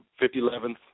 50-11th